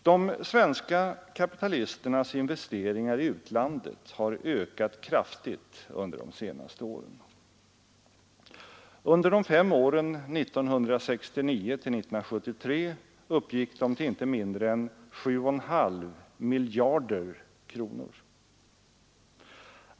De svenska kapitalisternas investeringar i utlandet har ökat kraftigt under de senaste åren. Under perioden 1969-1973 uppgick de till inte mindre än 7,5 miljarder kronor.